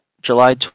July